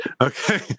okay